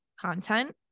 content